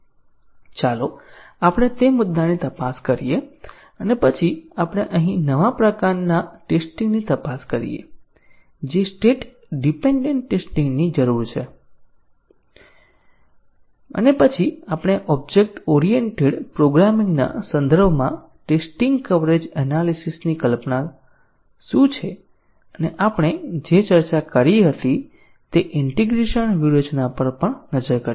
ચાલો આપણે તે મુદ્દાની તપાસ કરીએ અને પછી આપણે અહીં નવા પ્રકારનાં ટેસ્ટીંગ ની તપાસ કરીએ જે સ્ટેટ ડીપેન્ડેન્ટ ટેસ્ટીંગ ની જરૂર છે અને પછી આપણે ઓબ્જેક્ટ ઓરિએન્ટેડ પ્રોગ્રામિંગના સંદર્ભમાં ટેસ્ટીંગ કવરેજ એનાલીસીસની કલ્પના શું છે અને આપણે જે ચર્ચા કરી હતી તે ઈન્ટીગ્રેશન વ્યૂહરચના પર પણ નજર કરીએ